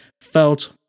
felt